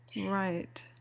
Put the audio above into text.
Right